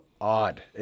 odd